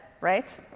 right